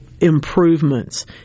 improvements